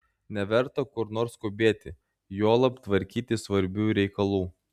neverta kur nors skubėti juolab tvarkyti svarbių reikalų